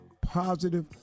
positive